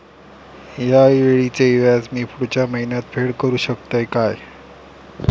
हया वेळीचे व्याज मी पुढच्या महिन्यात फेड करू शकतय काय?